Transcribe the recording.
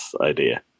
idea